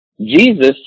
Jesus